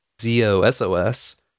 Z-O-S-O-S